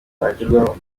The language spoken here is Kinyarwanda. bagerwaho